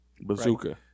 Bazooka